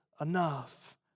enough